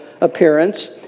appearance